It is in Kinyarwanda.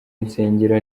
insengero